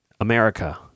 America